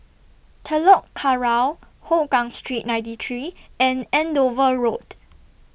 Telok Kurau Hougang Street ninety three and Andover Road